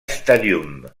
stadium